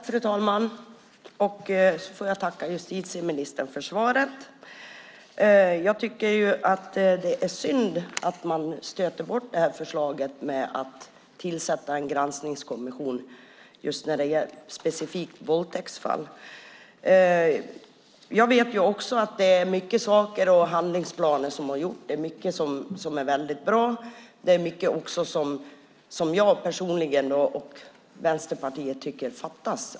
Fru talman! Jag får tacka justitieministern för svaret. Jag tycker att det är synd att man stöter bort förslaget att tillsätta en granskningskommission när det specifikt gäller våldtäktsfall. Jag vet att mycket saker och många handlingsplaner har gjorts. Det är mycket som är väldigt bra, men det är också mycket som jag personligen och Vänsterpartiet tycker fattas.